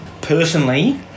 Personally